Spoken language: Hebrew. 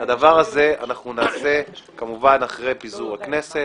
את הדבר הזה אנחנו נעשה, כמובן, אחרי פיזור הכנסת.